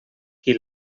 qui